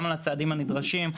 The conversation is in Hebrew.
גם על הצעדים הנדרשים.